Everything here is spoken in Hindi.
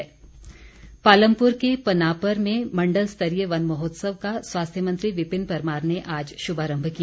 परमार पालमपुर के पनापर में मण्डल स्तरीय वन महोत्सव का स्वास्थ्य मंत्री विपिन परमार ने आज शुभारम्भ किया